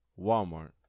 Walmart